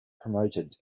promoted